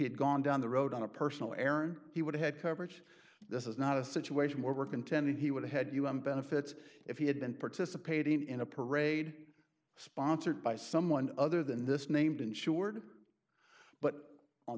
had gone down the road on a personal errand he would had coverage this is not a situation where we're contending he would have had you on benefits if he had been participating in a parade sponsored by someone other than this named insured but on